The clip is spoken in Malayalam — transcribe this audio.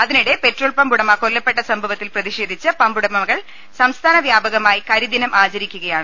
അതിനിടെ പെട്രോൾ പമ്പ് ഉടമ കൊല്ലപ്പെട്ട സംഭവത്തിൽ പ്രതിഷേധിച്ച് പമ്പുടമകൾ സംസ്ഥാന വ്യാപകമായി കരിദിനമാ ചരിക്കുകയാണ്